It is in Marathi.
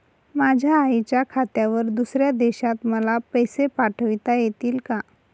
माझ्या आईच्या खात्यावर दुसऱ्या देशात मला पैसे पाठविता येतील का?